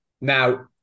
Now